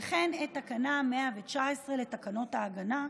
וכן את תקנה 119 לתקנות ההגנה,